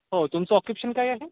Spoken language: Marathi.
हो तुमचं ऑक्युपेशन काय आहे